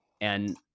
And-